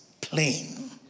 plain